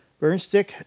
Burnstick